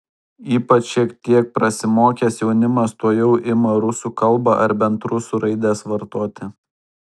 ypač šiek tiek prasimokęs jaunimas tuojau ima rusų kalbą ar bent rusų raides vartoti